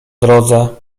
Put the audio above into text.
drodze